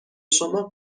شما